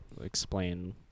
explain